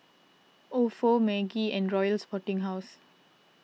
Ofo Maggi and Royal Sporting House